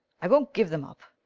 i won't give them up.